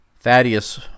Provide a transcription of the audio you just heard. Thaddeus